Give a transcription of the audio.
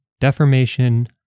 Deformation